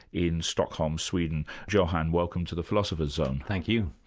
in stockholm, sweden. johan, welcome to the philosopher's zone. thank you.